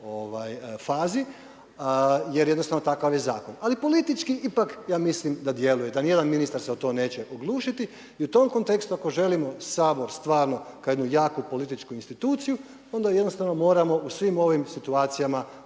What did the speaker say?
fazi, jer jednostavno takav je zakon. Ali politički ipak, ja mislim da djeluju, da ni jedan ministar se o to neće oglušiti i u tom kontekstu ako želimo Sabor stvarno kao jednu jaku političku instituciju, onda jednostavno moramo u svim ovim situacijama